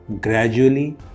gradually